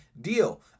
deal